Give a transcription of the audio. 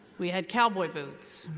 we had cowboy boots.